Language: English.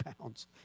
pounds